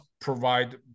provide